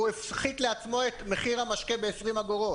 הוא הפחית לעצמו את מחיר המשקה ב-20 אגורות.